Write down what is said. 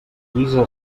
guisa